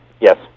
Yes